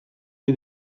ohi